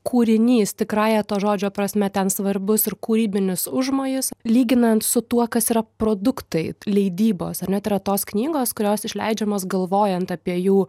kūrinys tikrąja to žodžio prasme ten svarbus ir kūrybinis užmojis lyginant su tuo kas yra produktai leidybos ar ne tai yra tos knygos kurios išleidžiamos galvojant apie jų